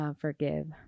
Forgive